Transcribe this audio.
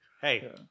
Hey